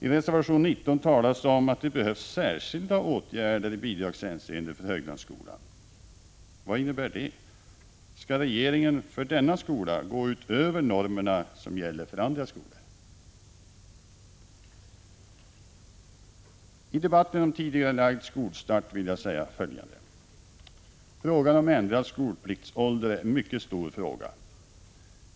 I reservation 19 talas om att det behövs särskilda åtgärder i bidragshänseende för Höglandsskolan. Vad innebär det? Skall regeringen för denna skola gå utöver de normer som gäller för andra skolor? I debatten om tidigarelagd skolstart vill jag säga följande: Ändrad skolpliktsålder är en mycket stor fråga.